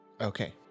Okay